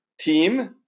Team